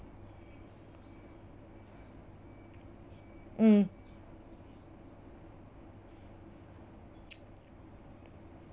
mm